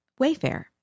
Wayfair